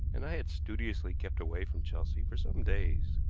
and i had studiously kept away from chelsea for some days,